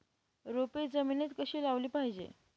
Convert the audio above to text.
रोपे जमिनीत कधी लावली पाहिजे?